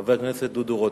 חבר הכנסת דודו רותם.